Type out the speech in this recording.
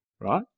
right